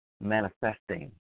manifesting